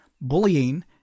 bullying